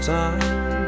time